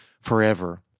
forever